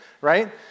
right